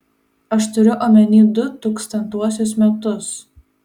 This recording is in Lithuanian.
aš turiu omeny du tūkstantuosius metus